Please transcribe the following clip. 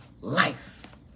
life